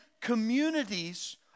communities